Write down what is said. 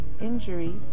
injury